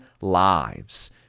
lives